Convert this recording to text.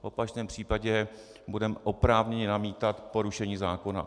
V opačném případě budeme oprávněni namítat porušení zákona.